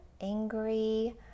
angry